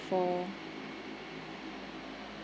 for